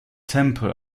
temper